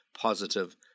positive